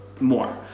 more